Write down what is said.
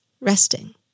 resting